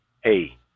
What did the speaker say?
hey